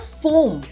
foam